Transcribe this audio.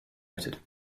noted